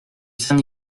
saint